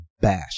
bash